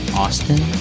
austin